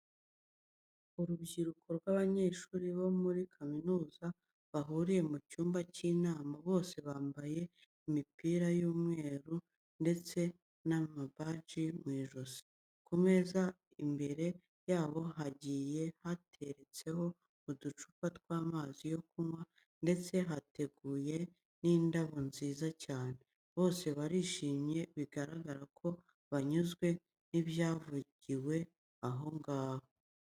Urubyiruko rw'abanyeshuri bo muri kaminuza bahuriye mu cyumba cy'inama bose bambaye imipira y'umweru ndetse na baji mu ijosi. Ku meza ari imbere yabo hagiye hateretseho uducupa tw'amazi yo kunywa ndetse hateguye n'indabyo nziza cyane. Bose barishimye bigaragara ko banyuzwe n'ibyavugiwe aho ngaho.